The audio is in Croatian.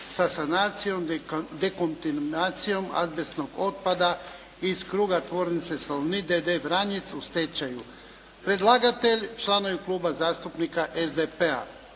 sa sanacijom (dekontaminacijom) azbestnog otpada iz kruga tvornice Salonit d.d. Vranjic u stečaju. Predlagatelj: članovi kluba zastupnika SDP-a.